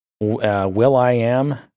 Will.i.am